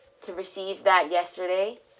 to receive that yesterday